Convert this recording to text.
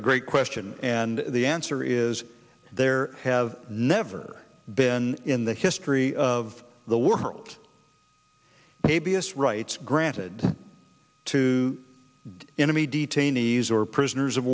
a great question and the answer is there have never been in the history of the world a b s rights granted to enemy detainees or prisoners of